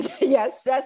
Yes